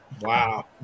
wow